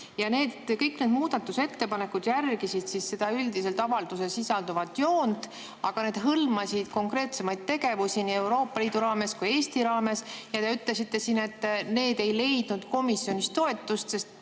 ja kõik need ettepanekud järgisid seda üldiselt avalduses sisalduvat joont, aga need hõlmasid konkreetsemaid tegevusi nii Euroopa Liidu raames kui ka Eesti raames. Ja te ütlesite siin, et need ei leidnud komisjonis toetust, sest